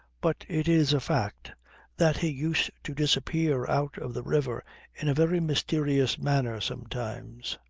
but it is a fact that he used to disappear out of the river in a very mysterious manner sometimes.